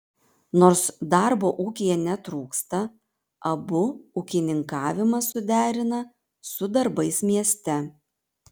nors darbo ūkyje netrūksta abu ūkininkavimą suderina su darbais mieste